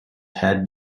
had